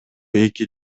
эки